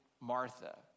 Martha